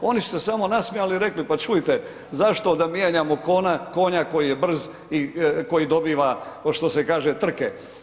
Oni su se samo nasmijali i rekli, pa čujte zašto da mijenjamo konja koji je brz i koji dobiva što se kaže trke.